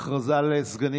קטין,